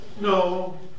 No